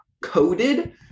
coded